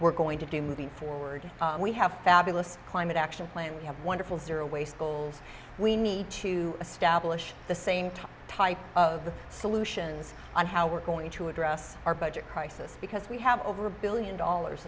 we're going to do moving forward we have a fabulous climate action plan we have wonderful zero waste goals we need to establish the same time type of solutions on how we're going to address our budget crisis because we have over a billion dollars